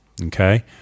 Okay